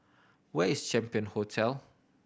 where is Champion Hotel